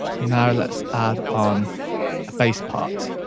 now let's add on a bass part,